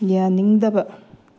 ꯌꯥꯅꯤꯡꯗꯕ